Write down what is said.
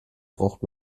braucht